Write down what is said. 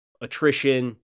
attrition